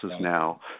now